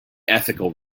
ethical